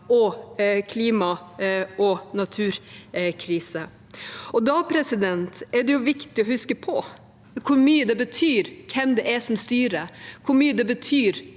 og klima- og naturkrise. Da er det viktig å huske på hvor mye det betyr hvem det er som styrer, hvor mye det betyr